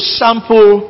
sample